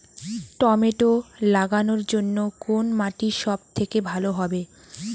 Tomato লাগানোর জন্যে কোন মাটি সব থেকে ভালো হবে?